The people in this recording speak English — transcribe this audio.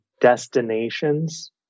destinations